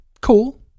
Cool